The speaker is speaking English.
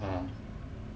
ya